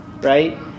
right